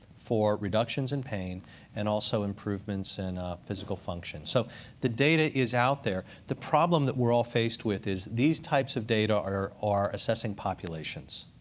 for reductions in pain and also improvements in physical function. so the data is out there. the problem that we're all faced with is these types of data are are assessing populations.